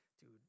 dude